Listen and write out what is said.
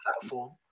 platform